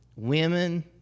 Women